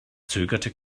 zögerte